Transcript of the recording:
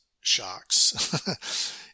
shocks